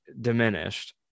diminished